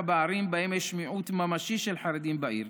בערים שבהן יש מיעוט ממשי של חרדים בעיר,